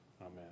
Amen